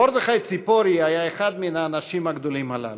מרדכי ציפורי היה אחד מהאנשים הגדולים הללו.